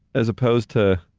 as opposed to,